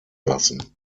lassen